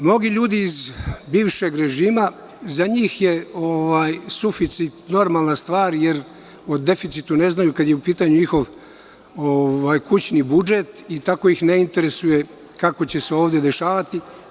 Mnogim ljudima iz bivšeg režima suficit je normalna stvar, jer o deficitu ne znaju kada je u pitanju njihov kućni budžet, i tako ih ne interesuje kako će se ovde dešavati.